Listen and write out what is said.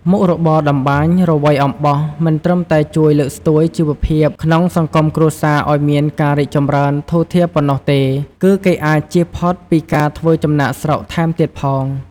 មុខរបរតម្បាញរវៃអំបោះមិនត្រឹមតែជួយលើកស្ទួយជីវភាពក្នុងសង្គមគ្រួសារឱ្យមានការរីកចំរើនធូរធារប៉ុណ្ណោះទេ គឺគេអាចចៀសផុតពីការធ្វើចំណាកស្រុកថែមទៀតផង។